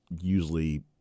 usually